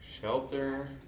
Shelter